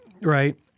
right